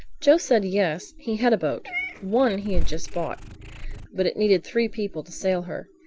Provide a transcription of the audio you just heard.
joe said yes, he had a boat one he had just bought but it needed three people to sail her.